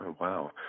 wow